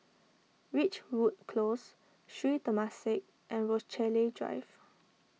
Ridgewood Close Sri Temasek and Rochalie Drive